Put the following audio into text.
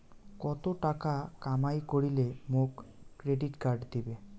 কত টাকা কামাই করিলে মোক ক্রেডিট কার্ড দিবে?